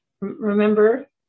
Remember